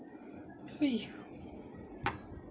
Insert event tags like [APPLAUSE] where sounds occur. [BREATH] phew